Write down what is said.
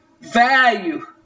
value